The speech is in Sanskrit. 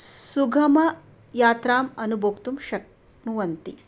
सुगमयात्राम् अनुभोक्तुं शक्नुवन्ति